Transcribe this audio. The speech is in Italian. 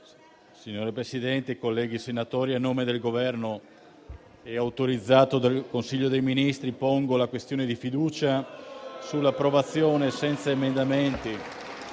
Signor Presidente, onorevoli senatori, a nome del Governo, autorizzato dal Consiglio dei ministri, pongo la questione di fiducia sull'approvazione, senza emendamenti